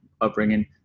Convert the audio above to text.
upbringing